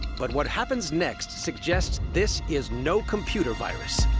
but what happens next suggests this is no computer virus.